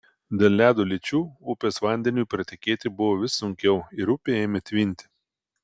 dėl ledo lyčių upės vandeniui pratekėti buvo vis sunkiau ir upė ėmė tvinti